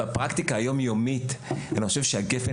אני חושב שבפרקטיקה היום-יומית הגפ"ן